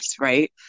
right